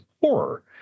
horror